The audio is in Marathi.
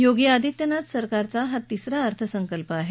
योगी आदित्यनाथ सरकारचा हा तिसरा अर्थसंकल्प आहे